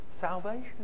salvation